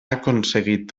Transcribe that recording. aconseguit